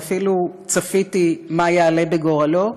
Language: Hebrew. ואפילו צפיתי מה יעלה בגורלו,